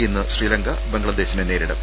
ഇന്ന് ശ്രീലങ്ക ബംഗ്ലാദേശിനെ നേരിടും